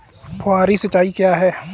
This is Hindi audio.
फुहारी सिंचाई क्या है?